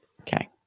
okay